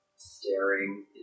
Staring